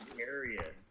area